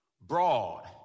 Broad